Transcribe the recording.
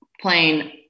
playing